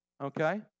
Okay